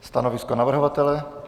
Stanovisko navrhovatele?